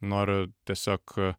noriu tiesiog